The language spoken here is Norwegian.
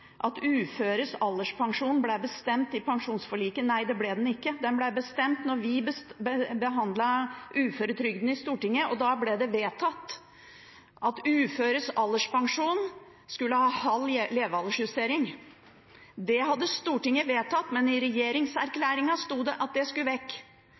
at uføres alderspensjon ble bestemt i pensjonsforliket. Nei, det ble den ikke. Den ble bestemt da vi behandlet uføretrygden i Stortinget, og da ble det vedtatt at uføres alderspensjon skulle ha halv levealdersjustering. Det hadde Stortinget vedtatt, men i regjeringserklæringen sto det at det skulle vekk.